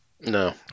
No